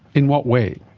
in what way?